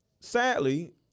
Sadly